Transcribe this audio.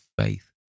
faith